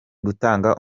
gutanga